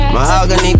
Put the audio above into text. Mahogany